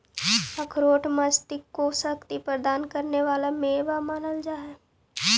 अखरोट मस्तिष्क को शक्ति प्रदान करे वाला मेवा मानल जा हई